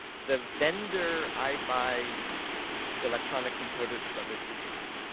the vendor i buy electronic components from is digi-key.